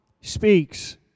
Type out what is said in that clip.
speaks